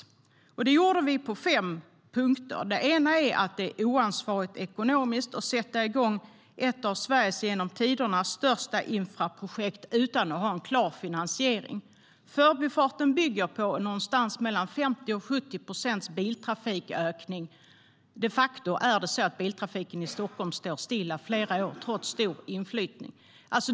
Det gjorde vi på fem punkter. Det ena är att det är oansvarigt att sätta i gång ett av Sveriges genom tiderna största infrastrukturprojekt utan att ha en klar finansiering. Förbifarten bygger på någonstans mellan 50 och 70 procents biltrafikökning. De facto har biltrafiken i Stockholm stått stilla i flera år, trots stor inflyttning.